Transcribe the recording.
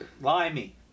Limey